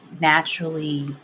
naturally